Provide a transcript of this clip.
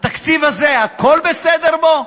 התקציב הזה, הכול בסדר בו?